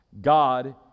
god